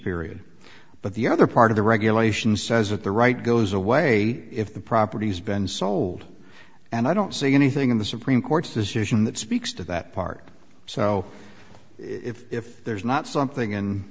period but the other part of the regulations says that the right goes away if the property has been sold and i don't see anything in the supreme court's decision that speaks to that part so if there's not something